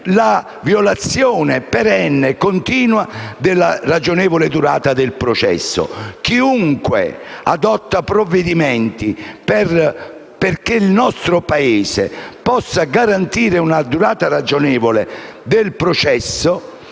della violazione perenne e continua della ragionevole durata del processo. Chiunque adotti provvedimenti perché il nostro Paese possa garantire una durata ragionevole del processo,